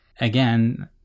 again